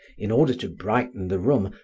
in order to brighten the room,